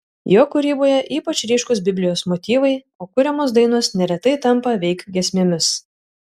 jo kūryboje ypač ryškūs biblijos motyvai o kuriamos dainos neretai tampa veik giesmėmis